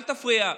אל תפריע.